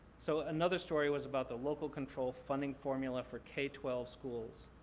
so, another story was about the local control funding formula for k twelve schools.